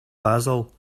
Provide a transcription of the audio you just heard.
basil